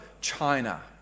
China